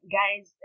guys